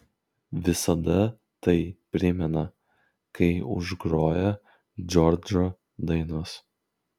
visada tai primena kai užgroja džordžo dainos